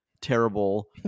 terrible